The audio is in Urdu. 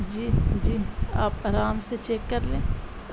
جی جی آپ آرام سے چیک کر لیں